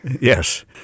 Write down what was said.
Yes